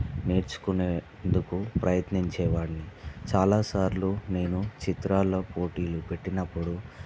నేర్చుకునేందుకు ప్రయత్నించేవాడ్ని చాలసార్లు నేను చిత్రాల పోటీలు పెట్టినప్పుడు